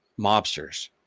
mobsters